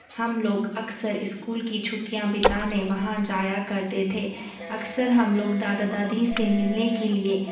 ہم لوگ اکثر اسکول کی چھٹیاں بتانے وہاں جایا کرتے تھے اکثر ہم لوگ دادا دادی سے ملنے کے لیے